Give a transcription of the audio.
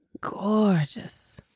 Gorgeous